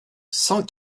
cent